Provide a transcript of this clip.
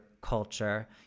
culture